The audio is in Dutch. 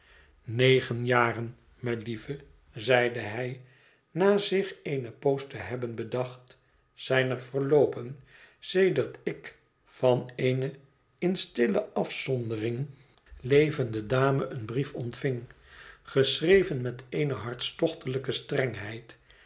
negen jaren melieve zeide hij na zich eene poos te hebben bedacht zijn er verloopen sedert ik van eene in stille afzondering levende dame een brief ontving geschreven met eene hartstochtelijke strengheid